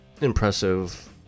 impressive